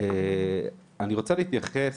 אני רוצה להתייחס,